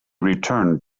returned